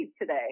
today